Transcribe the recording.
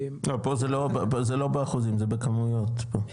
לא פה זה לא באחוזים זה בכמויות פה.